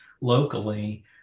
locally